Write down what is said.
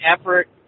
effort